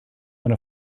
when